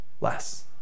less